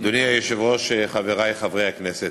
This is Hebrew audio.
אדוני היושב-ראש, חברי חברי הכנסת,